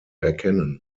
erkennen